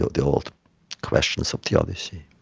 the old questions of theology.